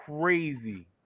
crazy